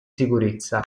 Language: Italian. sicurezza